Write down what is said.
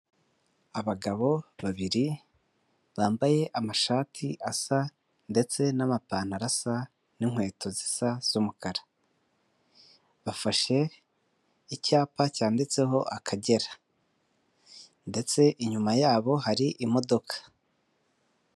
Abagabo babiri bambaye amashati asa ndetse n'amapantaro asa n'inkweto zisa z'umukara bafashe icyapa cyanditseho akagera ndetse inyuma yabo hari imodoka.